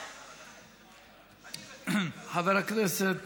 חבר הכנסת